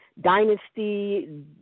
Dynasty